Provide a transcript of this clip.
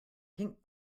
pink